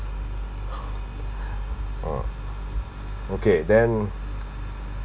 uh okay then